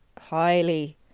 highly